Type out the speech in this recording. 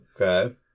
Okay